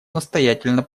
настоятельно